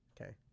Okay